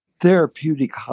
therapeutic